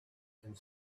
and